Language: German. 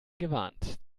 gewarnt